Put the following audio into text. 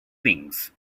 things